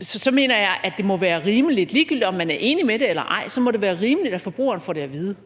så mener jeg, at det må være rimeligt, ligegyldigt om man er enig i det eller ej, at forbrugeren får det at vide.